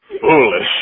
foolish